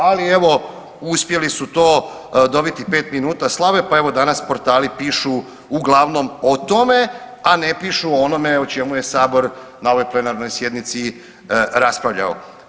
Ali evo uspjeli su to dobiti pet minuta slave, pa evo danas portali pišu uglavnom o tome a ne pišu o onome o čemu je Sabor na ovoj plenarnoj sjednici raspravljao.